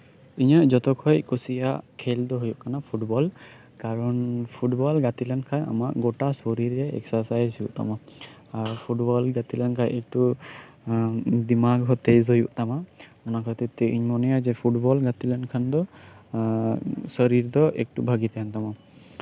ᱤᱧ ᱡᱚᱛᱚ ᱠᱷᱚᱡ ᱤᱧ ᱠᱩᱤᱭᱟᱜᱼᱟ ᱠᱷᱮᱞ ᱫᱚ ᱦᱩᱭᱩᱜ ᱠᱟᱱᱟ ᱯᱷᱩᱴᱵᱚᱞ ᱠᱟᱨᱚᱱ ᱯᱷᱩᱴᱵᱚᱞ ᱜᱟᱛᱮ ᱞᱮᱱᱠᱷᱟᱱ ᱟᱢᱟᱜ ᱡᱚᱛᱚ ᱥᱚᱨᱤᱨᱨᱮ ᱮᱠᱥᱮᱥᱟᱭᱤᱡ ᱦᱩᱭᱩᱜ ᱛᱟᱢᱟ ᱟᱨ ᱯᱷᱩᱴᱵᱚᱞ ᱜᱟᱛᱮ ᱞᱮᱱᱠᱷᱟᱱ ᱫᱤᱢᱟᱠ ᱦᱚᱸ ᱛᱮᱡ ᱦᱩᱭᱩᱜ ᱛᱟᱢᱟ ᱚᱱᱟ ᱠᱷᱟᱹᱛᱤᱨ ᱛᱮ ᱤᱧᱤᱧ ᱢᱚᱱᱮᱭᱟ ᱯᱷᱩᱴᱵᱚᱞ ᱜᱟᱛᱮ ᱞᱮᱱᱠᱷᱟᱱ ᱫᱚ ᱥᱚᱨᱤᱨ ᱫᱚ ᱮᱠᱴᱩ ᱵᱷᱟᱹᱜᱤᱛᱟᱸᱦᱮᱱ ᱛᱟᱢᱟ